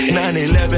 9-11